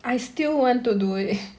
I still want to do it